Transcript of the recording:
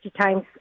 times